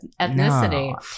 ethnicity